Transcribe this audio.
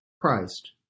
Christ